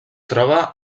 troba